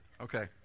Okay